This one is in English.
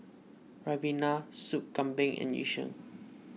Ribena Sup Kambing and Yu Sheng